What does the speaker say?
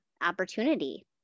opportunity